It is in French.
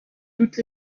toutes